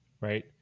right